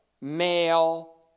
male